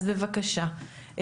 אז בבקשה.